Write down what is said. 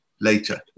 later